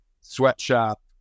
sweatshop